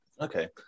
Okay